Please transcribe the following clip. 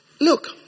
Look